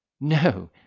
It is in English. No